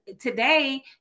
today